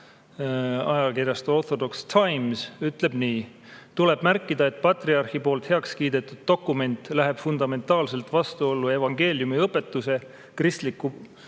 ajakirjas Orthodox Times ütleb nii. Tuleb märkida, et patriarhi poolt heaks kiidetud dokument läheb fundamentaalselt vastuollu evangeeliumi õpetuse, kristliku